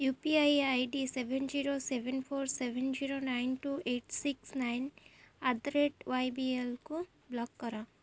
you P I I D seven zero seven four seven zero nine two eight six nine at the rate ୱାଇବିଏଲ୍କୁ block କର